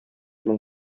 мең